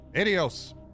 Adios